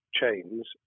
chains